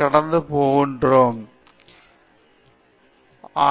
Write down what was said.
Rajnath